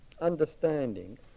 understanding